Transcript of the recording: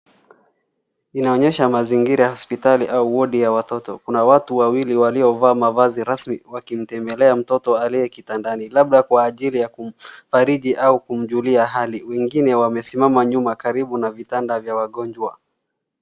Inaonyesha mazingira ya hospitali au wodi ya watoto. Kuna watu wawili waliovaa mavazi rasmi wakimtembelea mtoto aliye kitandani, labda kwa ajili ya kumfariji au kumjulia hali. Wengine wamesimama nyuma karibu na vitanda vya wagonjwa.